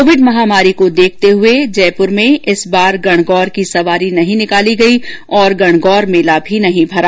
Covid महामारी को देखते हुये इस बार जयपुर में गणगौर की सवारी नहीं निकाली गई और गणगौर मेला भी नहीं भरा